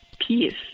peace